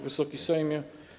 Wysoki Sejmie!